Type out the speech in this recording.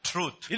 Truth